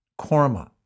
Korma